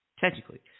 Technically